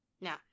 Now